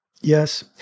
Yes